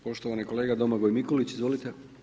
Poštovani kolega Domagoj Mikulić, izvolite.